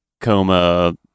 coma